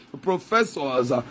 professors